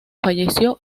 falleció